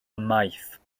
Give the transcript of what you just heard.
ymaith